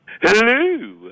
Hello